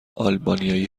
آلبانیایی